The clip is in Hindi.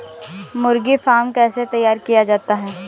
मुर्गी फार्म कैसे तैयार किया जाता है?